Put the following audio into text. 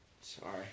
Sorry